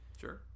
Sure